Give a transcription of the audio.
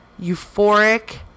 euphoric